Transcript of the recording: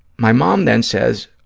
my mom then says,